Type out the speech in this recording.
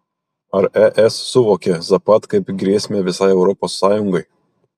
ar es suvokia zapad kaip grėsmę visai europos sąjungai